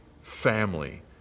family